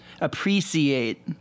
Appreciate